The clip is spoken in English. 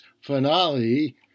finale